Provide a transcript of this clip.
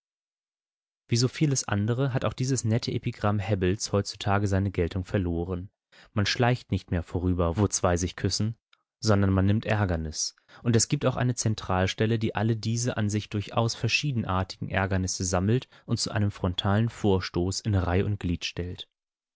wie so vieles andere hat auch dieses nette epigramm hebbels heutzutage seine geltung verloren man schleicht nicht mehr vorüber wo zwei sich küssen sondern man nimmt ärgernis und es gibt auch eine zentralstelle die alle diese an sich durchaus verschiedenartigen ärgernisse sammelt und zu einem frontalen vorstoß in reih und glied stellt